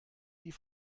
die